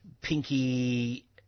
pinky